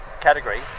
category